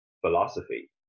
philosophy